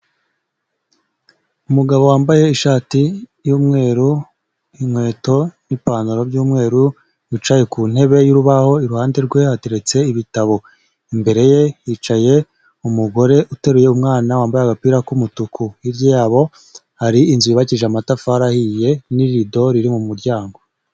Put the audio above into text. Umugabo wambaye ishati y'umweru, inkweto n'ipantaro by'umweru, wicaye ku ntebe y'urubaho iruhande rwe hateretse ibitabo, imbere ye hicaye umugore uteruye umwana wambaye agapira k'umutuku, hirya yabo hari inzu yubakishije amatafari ahiye n'irido riri mu muryango.